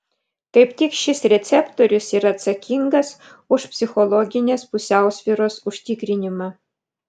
kaip tik šis receptorius yra atsakingas už psichologinės pusiausvyros užtikrinimą